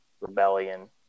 rebellion